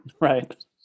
Right